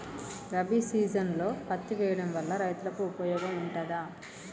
రబీ సీజన్లో పత్తి వేయడం వల్ల రైతులకు ఉపయోగం ఉంటదా?